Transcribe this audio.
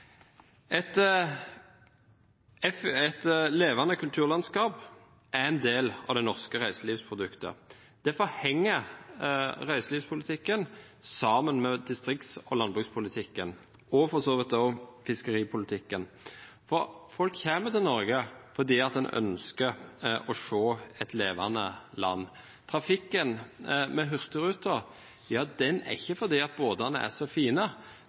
Et levende kulturlandskap er en del av det norske reiselivsproduktet. Derfor henger reiselivspolitikken sammen med distrikts- og landbrukspolitikken – og for så vidt også fiskeripolitikken. Folk kommer til Norge fordi de ønsker å se et levende land. Trafikken med Hurtigruten foregår ikke fordi båtene er så fine,